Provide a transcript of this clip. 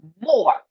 more